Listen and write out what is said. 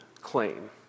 claim